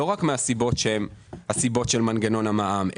לא רק מהסיבות שהם הסיבות של מנגנון המע"מ,